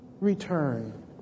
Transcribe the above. return